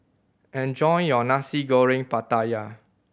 enjoy your Nasi Goreng Pattaya